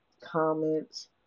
comments